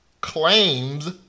claims